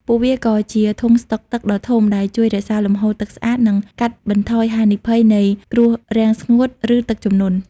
ពួកវាក៏ជា "ធុងស្តុកទឹក" ដ៏ធំ ដែលជួយរក្សាលំហូរទឹកស្អាត និងកាត់បន្ថយហានិភ័យនៃគ្រោះរាំងស្ងួត ឬទឹកជំនន់។